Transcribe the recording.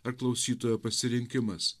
ar klausytojo pasirinkimas